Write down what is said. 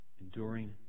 Enduring